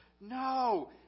No